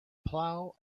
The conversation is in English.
plough